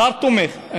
השר תומך.